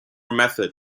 method